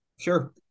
Sure